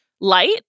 light